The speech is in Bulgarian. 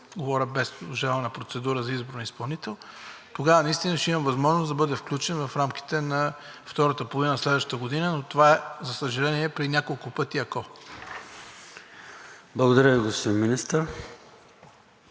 проект без обжалвана процедура за избор на изпълнител, тогава наистина ще има възможност да бъде включен в рамките на втората половина на следващата година, но това е, за съжаление, при няколко пъти „ако“. ПРЕДСЕДАТЕЛ ЙОРДАН